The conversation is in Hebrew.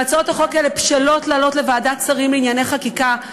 הצעות החוק האלה בשלות לעלות לוועדת שרים לענייני חקיקה.